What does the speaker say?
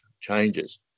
changes